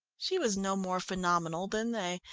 she was no more phenomenal than they,